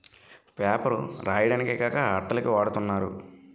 paper రాయడానికే కాక అట్టల కి వాడతన్నారు